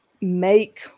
make